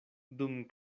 dum